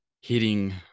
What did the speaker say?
hitting